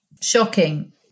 shocking